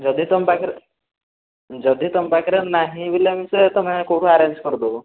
ଯଦି ତୁମ ପାଖରେ ଯଦି ତୁମ ପାଖରେ ନାହିଁ ବୋଲି ଆମେ ତୁମେ କେଉଁଠୁ ଅରେଞ୍ କରି ଦେବ